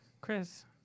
Chris